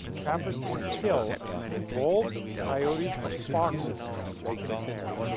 trappers can kill as many wolves, coyotes, and foxes, as they can snare.